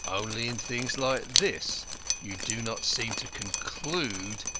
only in things like this you do not seem to conclude,